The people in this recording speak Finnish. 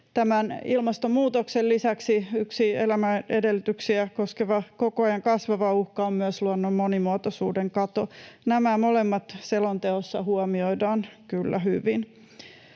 Ilmastonmuutoksen lisäksi yksi elämän edellytyksiä koskeva, koko ajan kasvava uhka on myös luonnon monimuotoisuuden kato. Nämä molemmat selonteossa huomioidaan kyllä hyvin.